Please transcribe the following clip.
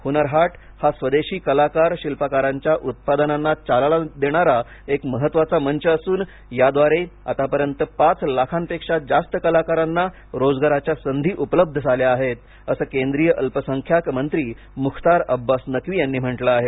हुनर हाट हा स्वदेशी कलाकार शिल्पकारांच्या उत्पादनांना चालना देणारा एक महत्त्वाचा मंच असून याद्वारे आतापर्यंत पाच लाखांपेक्षा जास्त कलाकारांना रोजगाराच्या संधी उपलब्ध झाल्या आहेत असं केंद्रीय अल्पसंख्याक मंत्री मुख्तार अब्बास नकवी यांनी म्हटलं आहे